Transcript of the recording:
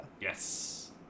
Yes